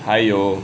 还有